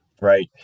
right